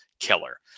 killer